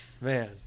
Man